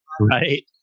right